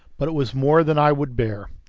but it was more than i would bear.